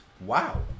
Wow